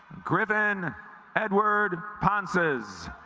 griffin edward ponce's